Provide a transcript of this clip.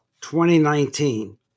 2019